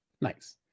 Nice